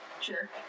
Sure